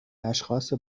اشخاص